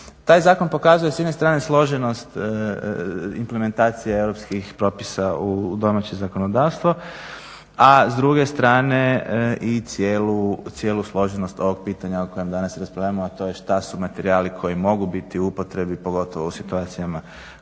Taj zakon pokazuje s jedne strane složenost implementacije europskih propisa u domaće zakonodavstvo, a s druge strane i cijelu složenost ovog pitanja o kojem danas raspravljamo, a to je što su materijali koji mogu biti u upotrebi, pogotovo u situacijama